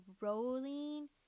rolling